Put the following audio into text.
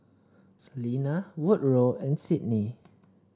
Selena Woodroe and Sydnee